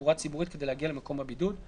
בתחבורה ציבורית כדי להגיע למקום הבידוד,